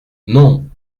non